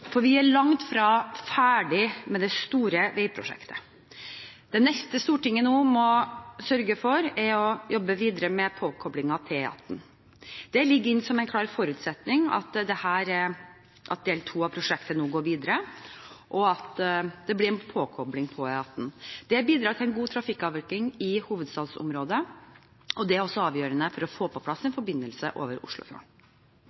for vi er langt fra ferdig med det store veiprosjektet. Det neste Stortinget nå må sørge for, er å jobbe videre med påkoblingen til E18. Det ligger inne som en klar forutsetning at del 2 av prosjektet nå går videre, og at det blir en påkobling til E18. Det bidrar til en god trafikkavvikling i hovedstadsområdet. Det er også avgjørende for å få på plass en forbindelse over Oslofjorden.